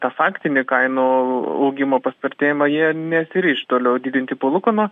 tą faktinį kainų augimo paspartėjimą jie nesiryš toliau didinti palūkanų